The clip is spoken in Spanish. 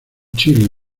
chile